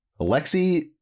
Alexi